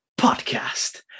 podcast